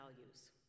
values